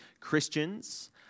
Christians